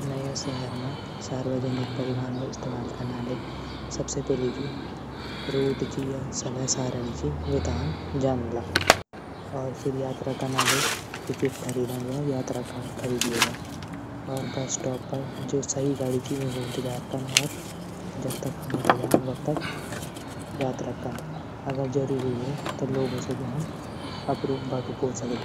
नया शहर मा सार्वजनिक परिवहन क इस्तेमाल कनाले सबसे पैली जू रूट च या समय सारणी च वेथे हम जानला। फिर यात्रा कनाले टिकट खरीदण या यात्रा कार्ड खरीद लिल्योला। और बस स्टॉप पर जू सही गाडी च वींकू इंतजार कन और जक तक हमन जाण वख तक यात्रा कन। अगर जरूरी हो तो लोगों से भी हम बाटू पूछी सकदा।